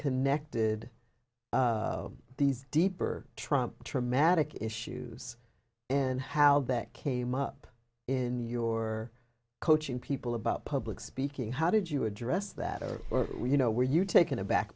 connected these deeper trump traumatic issues and how that came up in your coaching people about public speaking how did you address that or you know were you taken aback